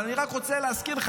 אבל אני רק רוצה להזכיר לך,